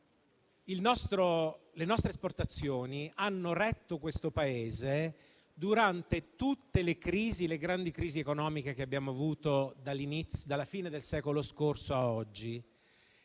Le nostre esportazioni hanno retto questo Paese durante tutte le grandi crisi economiche che abbiamo avuto dalla fine del secolo scorso ad oggi.